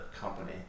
company